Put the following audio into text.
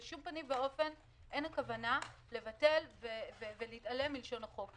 בשום פנים ואופן אין כוונה לבטל ולהתעלם מלשון החוק.